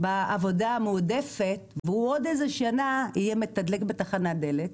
בעבודה המועדפת והוא עוד איזו שנה יהיה מתדלק בתחנת דלק,